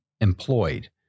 employed